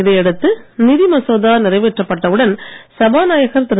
இதையடுத்து நிதி மசோதா நிறைவேற்றப்பட்டவுடன் சபாநாயகர் திரு